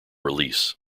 release